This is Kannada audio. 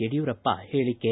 ಯಡಿಯೂರಪ್ಪ ಹೇಳಿಕೆ